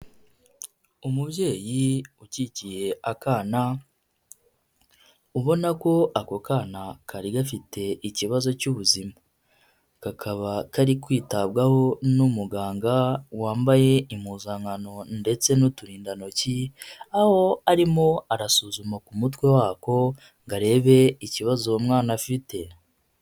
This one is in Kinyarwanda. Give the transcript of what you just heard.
Umubyeyi ukikiye akana, ubona ko ako kana kari gafite ikibazo cy'ubuzima. Kakaba kari kwitabwaho n'umuganga, wambaye impuzankano ndetse n'uturindantoki, aho arimo arasuzuma ku mutwe wa ko ngo arebe ikibazo uwo mwana afite.